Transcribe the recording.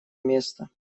место